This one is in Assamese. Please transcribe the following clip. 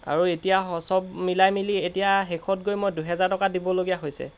আৰু এতিয়া সব মিলাই মিলি এতিয়া শেষত গৈ মই দুহেজাৰ টকা দিবলগীয়া হৈছে